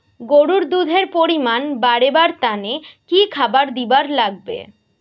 গরুর দুধ এর পরিমাণ বারেবার তানে কি খাবার দিবার লাগবে?